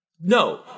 No